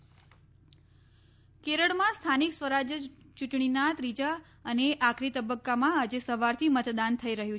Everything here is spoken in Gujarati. કેરળ યૂંટણી કેરળમાં સ્થાનિક સ્વરાજ્ય યૂંટણીના ત્રીજા અને આખરી તબક્કામાં આજે સવારથી મતદાન થઈ રહ્યું છે